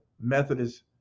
Methodist